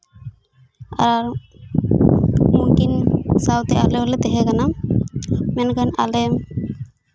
ᱟᱨ ᱩᱱᱠᱤᱱ ᱥᱟᱶᱛᱮ ᱟᱞᱮ ᱦᱚᱸᱞᱮ ᱛᱟᱦᱮᱸ ᱠᱟᱱᱟ ᱢᱮᱱᱠᱷᱟᱱ ᱟᱞᱮ